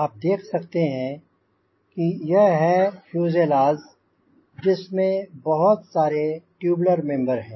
आप देख सकते हैं कि यह फ़्यूज़ेलाज़ है जिस में बहुत सारे टूब्युलर मेम्बर हैं